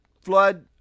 flood